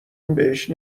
بهش